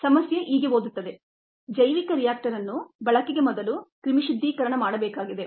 ಸಮಸ್ಯೆ ಹೀಗೆ ಓದುತ್ತದೆ ಜೈವಿಕ ರಿಯಾಕ್ಟರ್ ಅನ್ನು ಬಳಕೆಗೆ ಮೊದಲು ಕ್ರಿಮಿಶುದ್ಧೀಕರಣ ಮಾಡಬೇಕಾಗಿದೆ